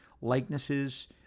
likenesses